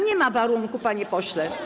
Nie ma warunku, panie pośle.